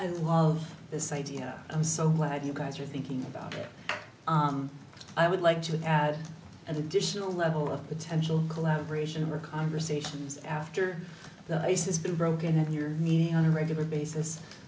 and love this idea i'm so glad you guys are thinking about i would like to add an additional level of potential collaboration or conversations after the ice has been broken in your knee on a regular basis